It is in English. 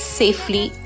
safely